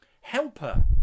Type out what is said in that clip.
Helper